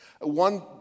One